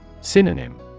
Synonym